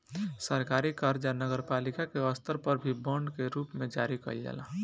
सरकारी कर्जा नगरपालिका के स्तर पर भी बांड के रूप में जारी कईल जाला